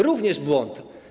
Również błąd.